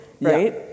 right